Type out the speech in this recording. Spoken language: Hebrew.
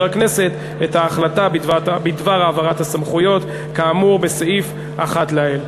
הכנסת את ההחלטה בדבר העברת הסמכויות כאמור בסעיף 1 לעיל.